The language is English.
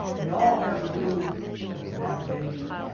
they all have to do with navigation,